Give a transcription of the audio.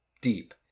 deep